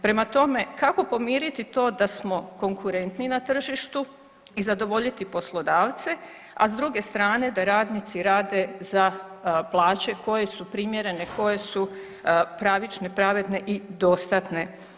Prema tome, kako pomiriti to da smo konkurentni na tržištu i zadovoljiti poslodavce, a s druge strane da radnici rade za plaće koje su primjerene, koje su pravične, pravedne i dostatne.